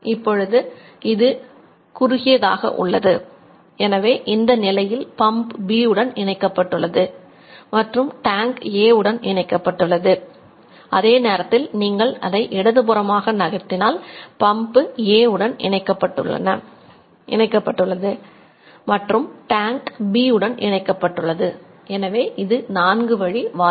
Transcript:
இப்பொழுது இது குறுகியதாக B உடன் இணைக்கப்பட்டுள்ளது எனவே இது நான்கு வழி வால்வு